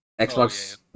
Xbox